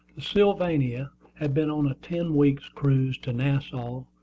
the sylvania had been on a ten weeks' cruise to nassau,